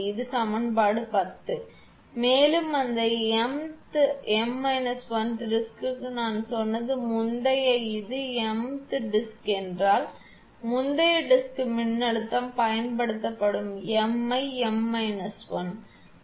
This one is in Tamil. இது சமன்பாடு 10 ஆகும் மேலும் அந்த m th 𝑚 1 வது டிஸ்கிக்கு நான் சொன்னது முந்தையது இது m th டிஸ்க் என்றால் முந்தைய டிஸ்க் மின்னழுத்தம் பயன்படுத்தப்படும் m ஐ 𝑚 1